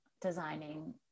designing